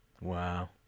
wow